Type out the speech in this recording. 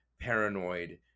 paranoid